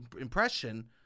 impression –